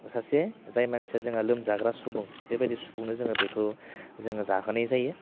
सासे जाय मानसिया जोंहा लोमजाग्रा सुबुं बेबायदि सुबुंनो जोङो बेखौ जोङो जाहोनाय जायो